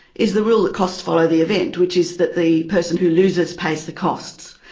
is the rule that costs follow the event, which is that the person who loses pays the costs.